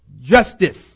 justice